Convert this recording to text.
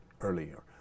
earlier